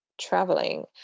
traveling